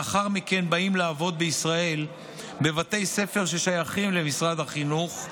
לאחר מכן באים לעבוד בישראל בבתי ספר ששייכים למשרד החינוך,